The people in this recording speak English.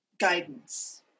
guidance